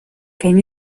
can